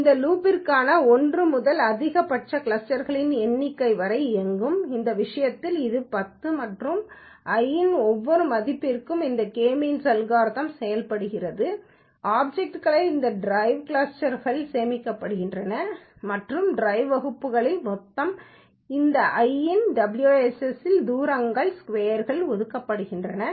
இது லூப்பிற்கான 1 முதல் அதிகபட்ச கிளஸ்டர்களின் எண்ணிக்கை வரை இயங்கும் இந்த விஷயத்தில் அது 10 மற்றும் i இன் ஒவ்வொரு மதிப்புக்கும் இந்த கே மீன்ஸ் அல்காரிதம் செயல்படுத்தப்படுகிறது ஆப்சக்ட்கள் இந்த டிரைவ் கிளாஸ்களில் சேமிக்கப்படுகின்றன மற்றும் டிரைவ் வகுப்புகளில் மொத்தம் இந்த i இன் wss இல் தூரங்களின் ஸ்கொயர் ஒதுக்கப்பட்டுள்ளது